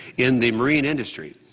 in the marine industry,